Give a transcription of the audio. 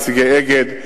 נציגי "אגד",